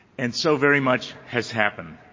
and so very much has happened.